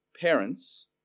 parents